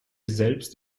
selbst